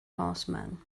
horsemen